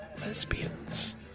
lesbians